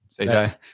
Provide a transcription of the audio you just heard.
CJ